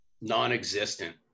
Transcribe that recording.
non-existent